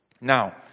Now